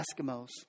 Eskimos